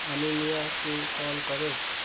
আমিনিয়াকে call করো